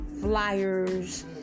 flyers